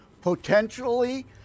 potentially